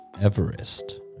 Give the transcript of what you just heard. Everest